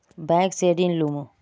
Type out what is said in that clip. Bank से ऋण लुमू?